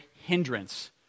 hindrance